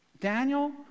Daniel